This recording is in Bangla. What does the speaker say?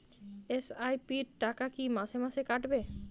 এস.আই.পি র টাকা কী মাসে মাসে কাটবে?